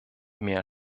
mehr